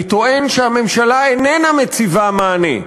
אני טוען שהממשלה איננה מציבה מענה,